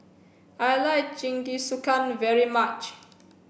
I like Jingisukan very much